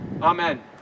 Amen